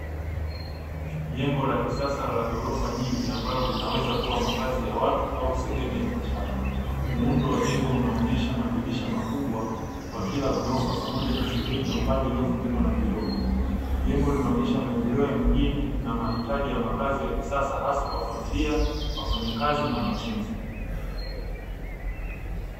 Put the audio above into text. Jengo la kisasa la ghorofa nyingi ambalo linaweza kuwa makazi ya watu au sehemu ya biashara, muundo wa jengo unaonesha madirisha makubwa kwakila ghorofa pamoja na sehemu ya upande uliofunikwa na vioo, jengo linaonesha maendeleo mijini na mahitaji ya makazi ya kisasa hasa kwa familia, wafanyakazi na wanafunzi.